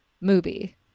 movie